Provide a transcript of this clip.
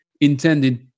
intended